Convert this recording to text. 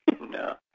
no